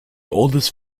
oldest